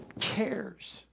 cares